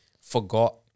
forgot